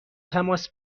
تماس